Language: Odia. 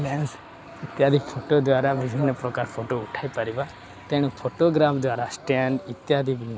ମ୍ୟାନ୍ସ ଇତ୍ୟାଦି ଫଟୋ ଦ୍ୱାରା ବିଭିନ୍ନ ପ୍ରକାର ଫଟୋ ଉଠାଇ ପାରିବା ତେଣୁ ଫଟୋଗ୍ରାଫ ଦ୍ୱାରା ଷ୍ଟାଣ୍ଡ ଇତ୍ୟାଦି